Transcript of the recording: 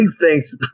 Thanks